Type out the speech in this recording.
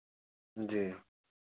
जी